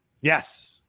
Yes